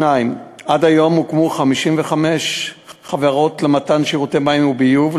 עד היום הוקמו 55 חברות למתן שירותי מים וביוב,